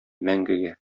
мәңгегә